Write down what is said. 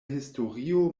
historio